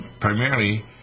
primarily